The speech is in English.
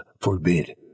forbid